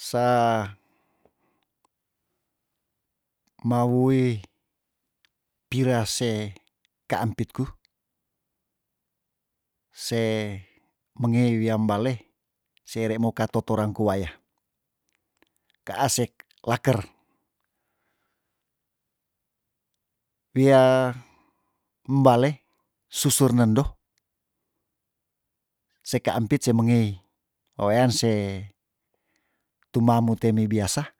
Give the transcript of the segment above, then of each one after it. Sa mawui pira se kaampitku se menge wiam bale sere moka totorang ku waya kaa sek laker wia mbale susur nendo seka ampit se mengei wewean se tumamu temi biasa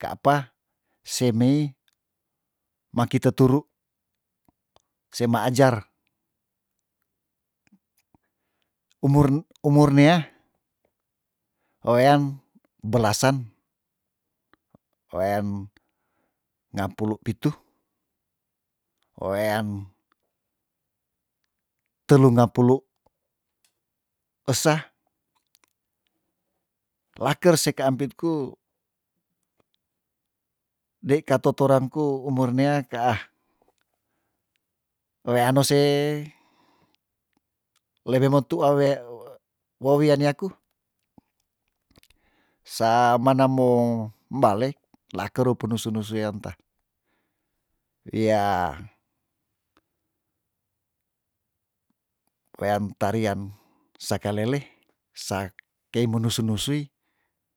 ka apa se mei mangki teturu se maajar umur- umurnia wewean belasan wean ngapulu pitu wewean telu ngapulu esa laker se kaampitku dei kato torang ku umur nea kaah weano se lebe metua we wewiani aku sa mana mo mbale lakeru penusu nusu yan tah wia wean tarian sakalele sak tei menusu nusui